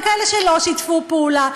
וכאלה שלא שיתפו פעולה.